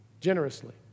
generously